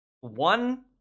one